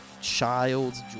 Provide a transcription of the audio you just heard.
child's